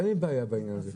אין לי בעיה בעניין הזה.